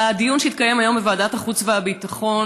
על הדיון שהתקיים היום בוועדת החוץ והביטחון,